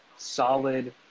Solid